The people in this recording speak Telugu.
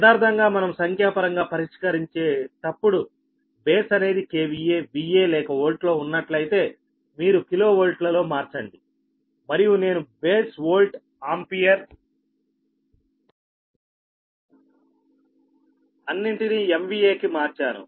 యదార్ధంగా మనము సంఖ్యాపరంగా పరిష్కరించేటప్పుడు బేస్ అనేది KVA VA లేక Volt లో ఉన్నట్లయితే మీరు కిలో వోల్ట్ లలో మార్చండి మరియు నేను బేస్ వోల్ట్ ఆంపియర్ అన్నింటిని MVA కి మార్చాను